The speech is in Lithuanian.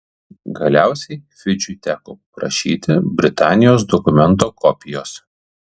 galiausiai fidžiui teko prašyti britanijos dokumento kopijos